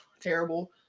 terrible